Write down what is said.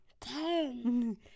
Ten